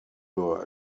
were